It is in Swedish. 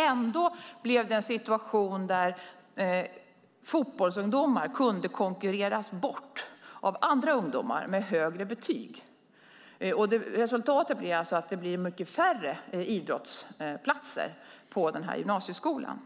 Ändå uppkom en situation där fotbollsungdomar kunde konkurreras bort av ungdomar med högre betyg. Resultatet blir då att det blir färre idrottsplatser på gymnasieskolan.